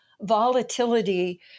volatility